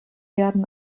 werden